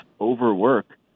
overwork